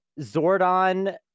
Zordon